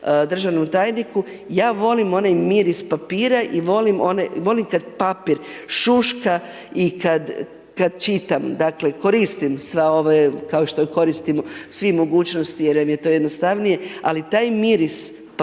državnom tajniku, ja volim onaj miris papira i volim kad papir šuška i kad čitam, dakle, koristim sve ove, kao što je koristim u svim mogućnosti jer nam je to jednostavnije, ali taj miris papira